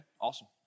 awesome